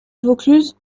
vaucluse